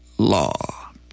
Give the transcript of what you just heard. law